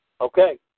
Okay